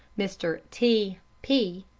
mr. t p,